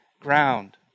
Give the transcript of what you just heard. ground